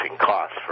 costs